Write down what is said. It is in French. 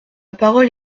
parole